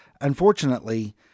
unfortunately